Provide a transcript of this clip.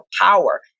power